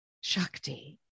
Shakti